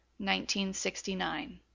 1969